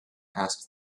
asked